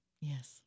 Yes